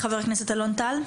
חבר הכנסת אלון טל.